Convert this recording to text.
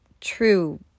true